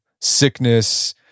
sickness